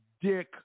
dick